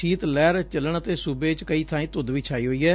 ਸ਼ੀਤ ਲਹਿਰ ਚੱਲਣ ਅਤੇ ਸੁਬੇ ਚ ਕਈ ਬਾਈ ਧੁੰਦ ਵੀ ਛਾਈ ਹੋਈ ਐ